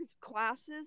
classes